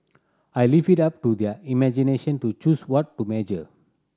I'll leave it up to their imagination to choose what to measure